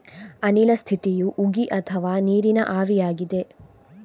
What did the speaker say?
ಅನಿಲ ಸ್ಥಿತಿಯು ಉಗಿ ಅಥವಾ ನೀರಿನ ಆವಿಯಾಗಿದೆ